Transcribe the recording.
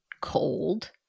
cold